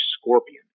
scorpion